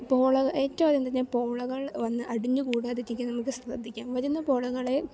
പോള ഏറ്റവുമാദ്യം തന്നെ പോളകൾ വന്ന് അടിഞ്ഞു കൂടാതിരിക്കാൻ നമുക്ക് ശ്രദ്ധിക്കാം വരുന്ന പോളകളേ